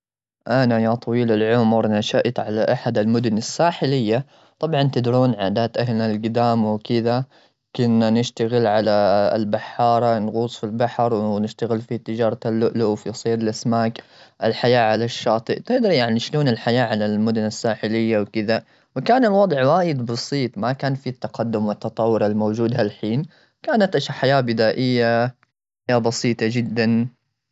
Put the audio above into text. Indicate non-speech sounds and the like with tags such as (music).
أنا يا طويل العمر نشأت على أحد المدن الساحلية. طبعا تدرون عادات أهلنا الجدام وكذا. كنا نشتغل على (hesitation) البحارة، نغوص في البحر ونشتغل في تجارة اللؤلؤ، وفي صيد الأسماك، الحياة على الشاطئ. تدري يعني شلون على المدن الساحلية وكذا. وكان الوضع وايد بسيط، ما كان فيه التقدم والتطور الموجود هالحين. كانت (unintelligible) الحياة بدائية، بسيطة جدا.